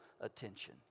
attention